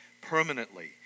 permanently